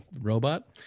robot